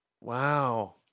Wow